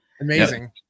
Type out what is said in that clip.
Amazing